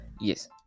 yes